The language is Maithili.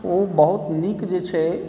ओ बहुत नीक जे छै